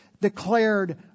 declared